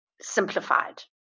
simplified